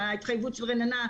שההתחייבות של רננה.